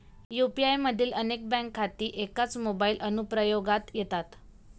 UPI मधील अनेक bank खाती एकाच मोबाइल अनुप्रयोगात येतात